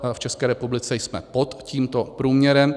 V České republice jsme pod tímto průměrem.